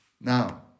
Now